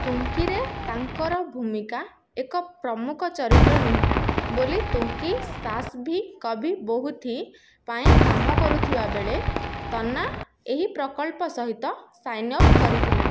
ତୁଙ୍କିରେ ତାଙ୍କର ଭୂମିକା ଏକ ପ୍ରମୁଖ ଚରିତ୍ର ନୁହେଁ ବୋଲି ତୁଙ୍କି ସାସ୍ ଭି କଭି ବୋହୁ ଥି ପାଇଁ କାମ କରୁଥିବାବେଳେ ତନ୍ନା ଏହି ପ୍ରକଳ୍ପ ସହିତ ସାଇନ୍ ଅପ୍ କରିଥିଲେ